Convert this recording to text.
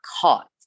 caught